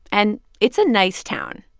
and it's a nice town.